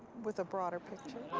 with a broader picture.